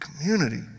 community